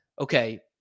Okay